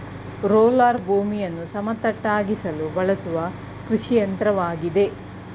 roller ಭೂಮಿಯನ್ನು ಸಮತಟ್ಟಾಗಿಸಲು ಬಳಸುವ ಕೃಷಿಯಂತ್ರವಾಗಿದೆ